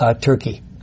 Turkey